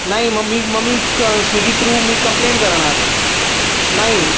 नाही मग मी मग मी क स्विगी थ्रू मी कम्प्लेंट करणार नाही